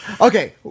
Okay